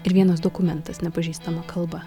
ir vienas dokumentas nepažįstama kalba